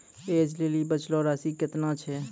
ऐज लेली बचलो राशि केतना छै?